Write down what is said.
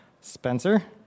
Spencer